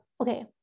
okay